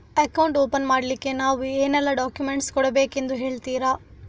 Account open ಮಾಡ್ಲಿಕ್ಕೆ ನಾವು ಏನೆಲ್ಲ ಡಾಕ್ಯುಮೆಂಟ್ ಕೊಡಬೇಕೆಂದು ಹೇಳ್ತಿರಾ?